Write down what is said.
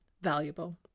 valuable